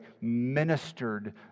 ministered